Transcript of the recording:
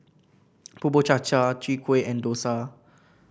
Bubur Cha Cha Chwee Kueh and dosa